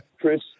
Chris